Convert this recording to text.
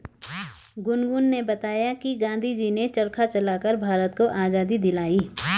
गुनगुन ने बताया कि गांधी जी ने चरखा चलाकर भारत को आजादी दिलाई